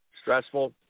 stressful